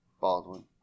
Baldwin